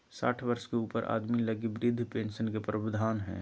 साठ वर्ष के ऊपर आदमी लगी वृद्ध पेंशन के प्रवधान हइ